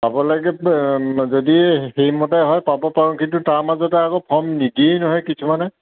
পাব লাগে যদি সেইমতে হয় পাব পাৰোঁ কিন্তু তাৰ মাজতে আকৌ ফৰ্ম নিদিয়েই নহয় কিছুমানে